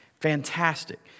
fantastic